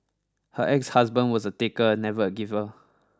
her exhusband was a taker never a giver